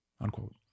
unquote